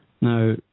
Now